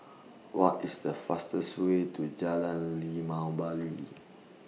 What IS The fastest Way to Jalan Limau Bali